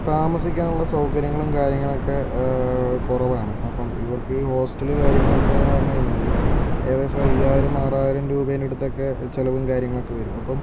അവർക്ക് താമസിക്കാനുള്ള സൗകര്യങ്ങളും കാര്യങ്ങളൊക്കെ കുറവാണ് അപ്പോൾ ഇവർക്ക് ഹോസ്റ്റൽ കാര്യങ്ങളൊക്കെയെന്നു പറഞ്ഞുകഴിഞ്ഞാൽ ഏകദേശം അയ്യായിരം ആറായിരം രൂപേന്റെയടുത്തൊക്കെ ചിലവും കാര്യങ്ങളൊക്കെ വരും അപ്പോൾ